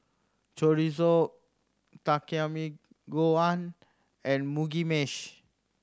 Chorizo Takikomi Gohan and Mugi Meshi